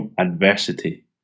adversity